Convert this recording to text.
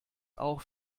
auch